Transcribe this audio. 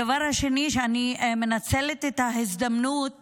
הדבר השני, ואני מנצלת את ההזדמנות